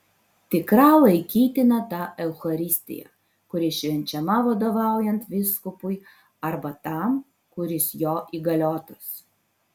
tikra laikytina ta eucharistija kuri švenčiama vadovaujant vyskupui arba tam kuris jo įgaliotas